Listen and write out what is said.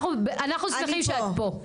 אנחנו שמחים שאת פה.